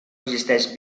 existeix